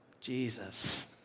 Jesus